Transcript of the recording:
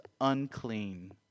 unclean